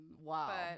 wow